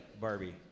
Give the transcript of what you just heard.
Barbie